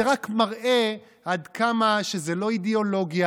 זה רק מראה עד כמה זה לא אידיאולוגיה,